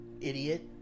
idiot